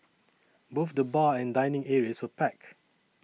both the bar and dining areas were packed